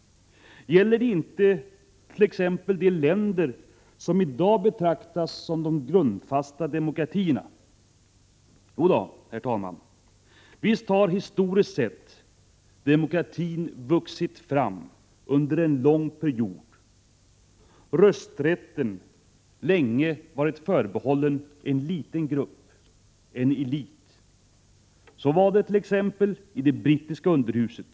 Gäller det inte t.ex. de länder som i dag betraktas som de grundfasta demokratierna? Jo då, herr talman, visst har historiskt sett demokratin vuxit fram under en lång period och rösträtten länge varit förbehållen en liten grupp, en elit. Så var dett.ex. i det brittiska underhuset.